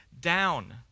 down